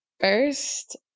first